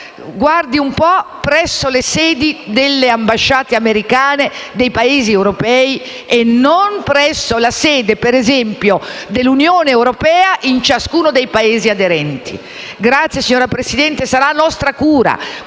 guardi un po' - presso le sedi delle ambasciate americane nei Paese europei e non, ad esempio, presso la sede dell'Unione europea in ciascuno dei Paesi aderenti. Signora Presidente, sarà nostra cura,